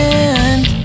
end